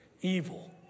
evil